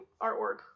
artwork